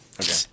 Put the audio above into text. Okay